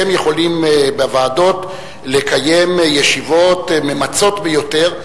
והם יכולים לקיים בוועדות ישיבות ממצות ביותר.